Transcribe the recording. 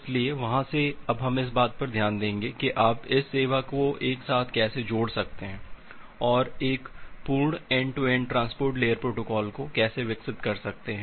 इसलिए वहां से अब हम इस बात पर ध्यान देंगे कि आप इस सभी सेवा को एक साथ कैसे जोड़ सकते हैं और एक पूर्ण end to end transport layer protocol को कैसे विकसित कर सकते हैं